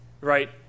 right